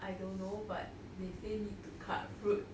I don't know but they say need to cut fruits